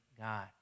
God